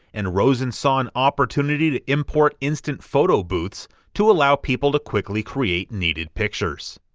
and rosen saw an opportunity to import instant photo booths to allow people to quickly create needed pictures.